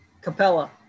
Capella